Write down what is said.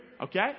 Okay